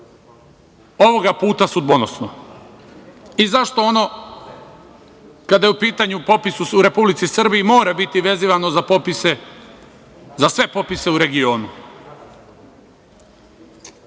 ovoga puta sudbonosno i zašto ono kada je u pitanju popis u Republici Srbiji mora biti vezivano za sve popise u regionu